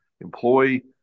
Employee